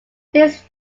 his